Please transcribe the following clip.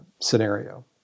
scenario